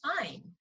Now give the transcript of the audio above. fine